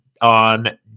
on